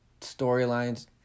storylines